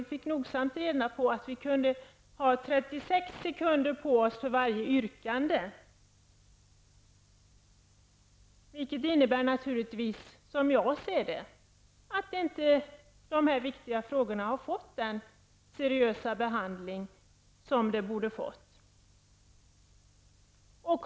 Vi har nogsamt fått reda på att vi kan få 36 sekunder på oss för varje yrkande som läggs fram. Som jag ser det innebär det naturligtvis att dessa viktiga frågor inte har fått den seriösa behandling som de borde ha fått.